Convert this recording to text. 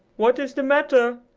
what is the matter?